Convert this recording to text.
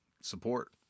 support